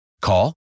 Call